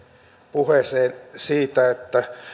puheeseen